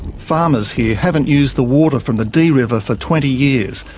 farmers here haven't used the water from the dee river for twenty years,